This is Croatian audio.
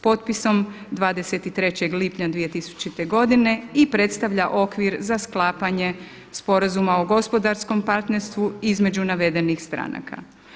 Potpisom 23. lipnja 2000. godine i predstavlja okvir za sklapanje sporazuma o gospodarskom partnerstvu između navedenih stranaka.